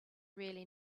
really